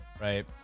Right